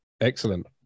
Excellent